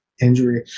injury